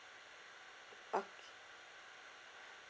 okay